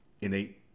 innate